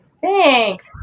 Thanks